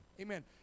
Amen